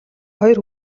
хоёр